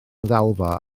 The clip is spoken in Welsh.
ddalfa